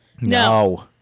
No